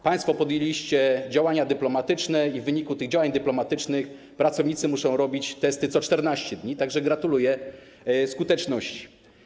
Państwo podjęliście działania dyplomatyczne i w wyniku tych działań pracownicy muszą robić testy co 14 dni, tak że gratuluję skuteczności.